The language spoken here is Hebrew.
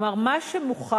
כלומר, מה שמוכח,